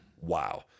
Wow